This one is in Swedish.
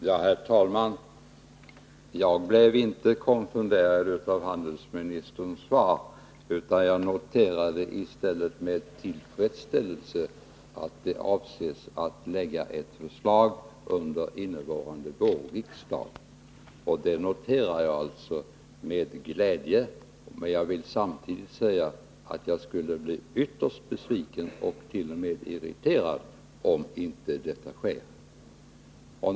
Herr talman! Jag blev inte konfunderad över handelsministerns svar. I stället noterade jag med tillfredsställelse att man avser att lägga fram ett förslag under innevarande vårriksdag. Samtidigt vill jag säga att jag skulle bli ytterst besviken, t.o.m. irriterad, om detta inte sker.